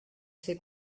ser